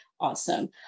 awesome